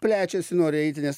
plečiasi nori eiti nes